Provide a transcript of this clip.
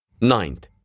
Ninth